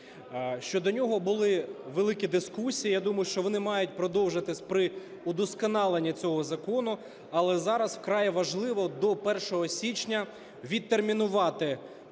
Щодо нього були великі дискусії. Я думаю, що вони мають продовжитись при удосконаленні цього закону. Але зараз вкрай важливо до 1 січня відтермінувати